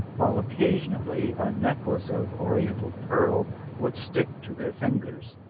while occasionally a necklace of oriental pearl would stick to their fingers.